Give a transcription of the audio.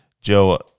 Joe